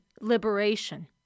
liberation